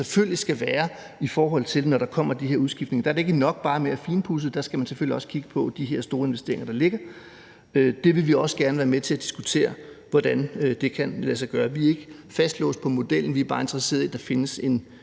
selvfølgelig vil skulle ske, når der kommer de her udskiftninger. Der er det ikke nok bare at finpudse det. Der skal man selvfølgelig også kigge på de her store investeringer, der ligger. Der vil vi også gerne være med til at diskutere, hvordan det kan lade sig gøre. Vi er ikke fastlåst på modellen. Vi er bare interesseret i, at der bliver